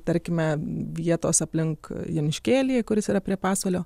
tarkime vietos aplink joniškėlį kuris yra prie pasvalio